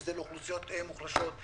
שזה לאוכלוסיות מוחלשות,